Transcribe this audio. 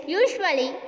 usually